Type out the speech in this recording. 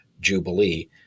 Jubilee